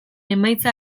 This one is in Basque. emaitza